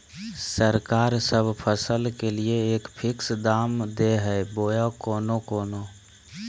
सरकार सब फसल के लिए एक फिक्स दाम दे है बोया कोनो कोनो?